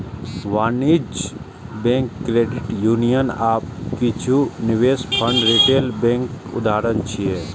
वाणिज्यिक bank, credit union आ किछु निवेश फंड रिटेल बैंकक उदाहरण छियै